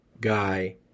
guy